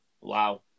Wow